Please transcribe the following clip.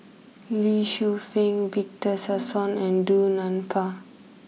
Lee Shu Fen Victor Sassoon and Du Nanfa